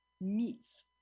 meats